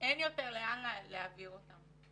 ואין יותר לאן להעביר את הנשים.